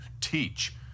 teach